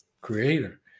Creator